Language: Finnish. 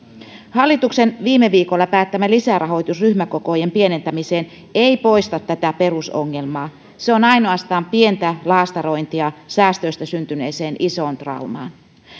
hallituksen viime viikolla päättämä lisärahoitus ryhmäkokojen pienentämiseen ei poista tätä perusongelmaa se on ainoastaan pientä laastarointia säästöistä syntyneeseen isoon traumaan